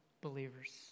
believers